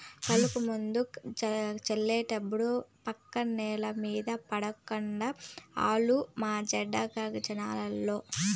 కలుపుమందు జళ్లేటప్పుడు పక్క సేను మీద పడనీకు ఆలు మాచెడ్డ జగడాలోళ్ళు